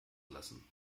lassen